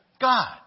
God